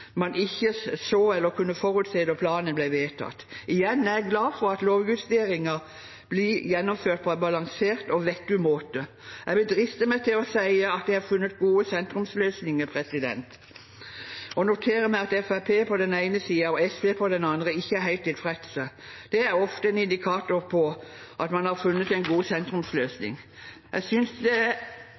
man ikke så eller kunne forutse da planen ble vedtatt. Igjen: Jeg er glad for at lovjusteringer blir gjennomført på en balansert og vettug måte. Jeg vil driste meg til å si at det er funnet gode sentrumsløsninger. Når til og med Fremskrittspartiet på den ene siden og SV på den andre ikke er helt tilfredse, er det, som ofte ellers, en indikator på at man har funnet en god sentrumsløsning. Jeg synes det er